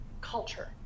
culture